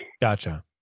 Gotcha